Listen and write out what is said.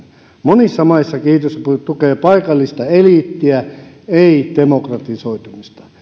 monissa maissa kehitysapu tukee paikallista eliittiä ei demokratisoitumista